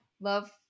love